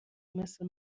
مثل